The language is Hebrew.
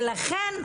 ולכן,